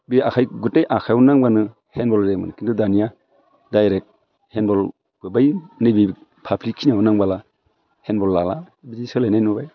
बे आखाइ गुथे आखाइयाव नांब्लानो हेन्द बल जायोमोन खिन्थु दानिया डायरेक्ट हेन्द बल बै नैबे फाफ्लिखिनियाव नांबोला हेन्द बल लाला बिदि सोलायनाय नुबाय